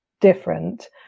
different